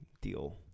deal